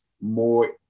more